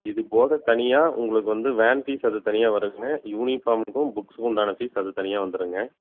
இது போக தனியாக உங்ளுக்கு வந்து வேன் ஃபீஸ் அது தனியாக வருதுங்க யூனிஃபாம்க்கு புக்ஸ்க்கு உண்டான ஃபீஸ் அது தனியாக வந்துருங்க